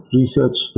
research